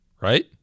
right